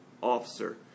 officer